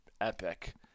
epic